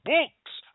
Books